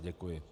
Děkuji.